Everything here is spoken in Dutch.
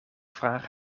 vraag